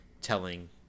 telling